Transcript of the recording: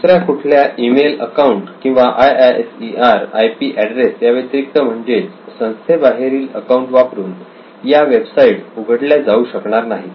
दुसऱ्या कुठल्या email account किंवा IISER आयपी ऍड्रेस याव्यतिरिक्त म्हणजेच संस्थे बाहेरील अकाऊंट वापरून या वेबसाईट उघडल्या जाऊ शकणार नाहीत